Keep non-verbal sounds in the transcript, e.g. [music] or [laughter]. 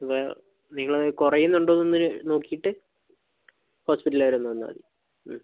[unintelligible] നിങ്ങൾ കുറയുന്നുണ്ടോ ഒന്ന് നോക്കിയിട്ട് ഹോസ്പിറ്റൽ വരെ ഒന്ന് വന്നാൽ മതി